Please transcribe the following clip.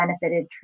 benefited